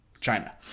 China